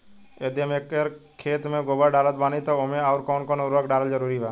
यदि एक एकर खेत मे गोबर डालत बानी तब ओमे आउर् कौन कौन उर्वरक डालल जरूरी बा?